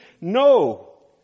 No